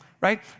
Right